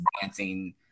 dancing